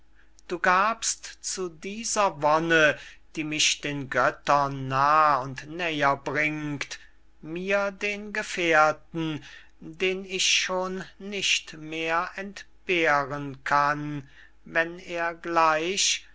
du gabst zu dieser wonne die mich den göttern nah und näher bringt mir den gefährten den ich schon nicht mehr entbehren kann wenn er gleich